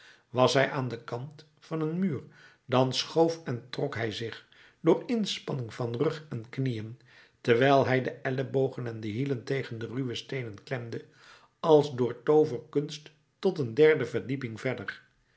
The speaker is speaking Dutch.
was hij aan den kant van een muur dan schoof en trok hij zich door inspanning van rug en knieën terwijl hij de ellebogen en hielen tegen de ruwe steenen klemde als door tooverkunst tot een derde verdieping verder